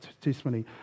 testimony